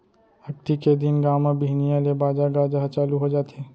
अक्ती के दिन गाँव म बिहनिया ले बाजा गाजा ह चालू हो जाथे